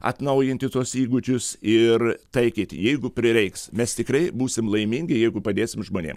atnaujinti tuos įgūdžius ir taikyti jeigu prireiks mes tikrai būsim laimingi jeigu padėsim žmonėm